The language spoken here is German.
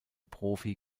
profi